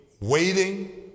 waiting